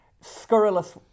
scurrilous